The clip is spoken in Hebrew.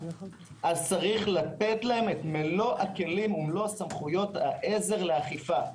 צריך לתת להם את מלוא הכלים ומלוא סמכויות העזר לאכיפה.